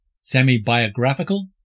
Semi-biographical